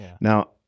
Now